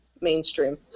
mainstream